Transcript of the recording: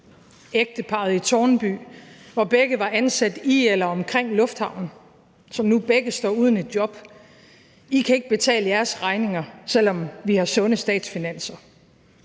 ægteparret i Tårnby, hvor begge var ansat i eller omkring lufthavnen, som nu begge står uden et job: I kan ikke betale jeres regninger, selv om vi har sunde statsfinanser.